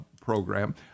program